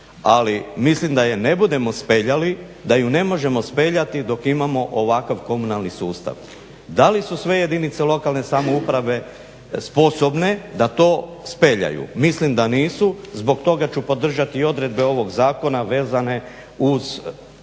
ali mislim da je ne budemo speljali, da ju ne možemo speljati dok imamo ovakav komunalan sustav. Da li su sve jedinice lokalne samouprave sposobne da to speljaju? Mislim da nisu. Zbog toga ću podržati i odredbe ovog zakona vezane uz